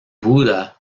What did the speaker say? buda